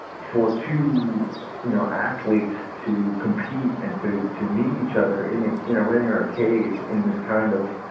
for two you know athletes to compete and to to meet each other in in a ring or cage in this kind of,